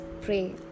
pray